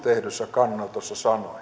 tehdyssä kannanotossa